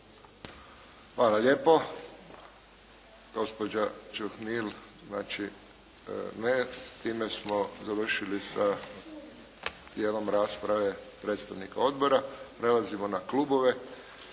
Hvala lijepo. Gospođa Čuhnil, znači ne. Time smo završili sa dijelom rasprave predstavnika odbora. Prelazimo na klubove.